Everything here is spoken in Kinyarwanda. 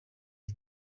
iki